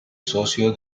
socio